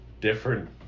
different